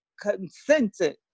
consented